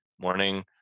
morning